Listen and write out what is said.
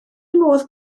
modd